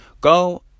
Go